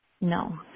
no